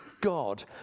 God